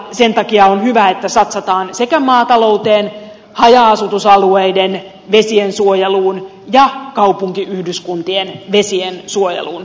sen takia on hyvä että satsataan sekä maatalouteen haja asutusalueiden vesiensuojeluun että kaupunkiyhdyskuntien vesiensuojeluun